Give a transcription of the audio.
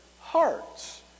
hearts